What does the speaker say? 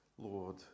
Lord